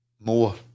more